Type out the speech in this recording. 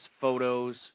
photos